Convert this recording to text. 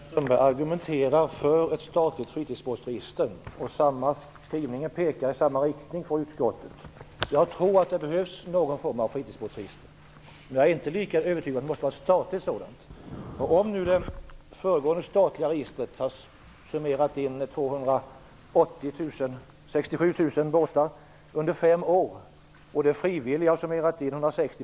Herr talman! Håkan Strömberg argumenterar för ett statligt fritidsbåtsregister, och skrivningen från utskottet pekar i samma riktning. Jag tror att det behövs någon form av fritidsbåtsregister, men jag är inte lika övertygad om att det skall vara ett statligt sådant.